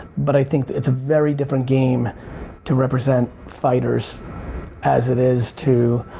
but i think it's a very different game to represent fighters as it is to,